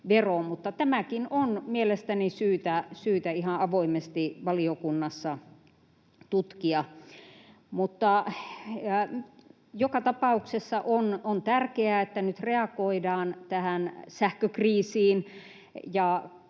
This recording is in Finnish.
tämäkin on mielestäni syytä ihan avoimesti valiokunnassa tutkia. Joka tapauksessa on tärkeää, että nyt reagoidaan tähän sähkökriisiin